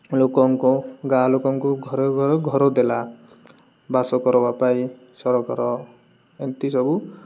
ଲୋକଙ୍କ ଗାଁ ଲୋକଙ୍କୁ ଘରେ ଘରେ ଘର ଦେଲା ବାସ କରିବା ପାଇଁ ସରକାର ଏମିତି ସବୁ